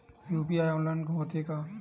UPI online होथे का?